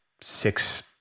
six